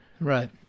Right